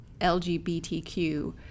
LGBTQ